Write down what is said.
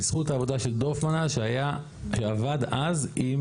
בזכות העבודה של דורפמן, שעבד אז עם